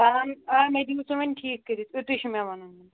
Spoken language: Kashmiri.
پان آ مےٚ دیو وۄنۍ سُہ ٹھیٖک کٔرِتھ یُتُے چھُ مےٚ وَنُن